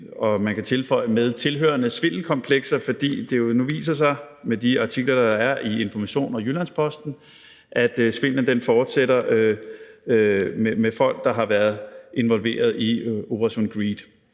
og kan man tilføje, med tilhørende svindelkomplekser, fordi det nu viser sig med de artikler, der er i Information og Jyllands-Posten, at svindlen fortsætter med folk, der har været involveret i Operation Greed.